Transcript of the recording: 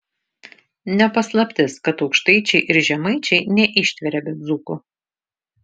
ne paslaptis kad aukštaičiai ir žemaičiai neištveria be dzūkų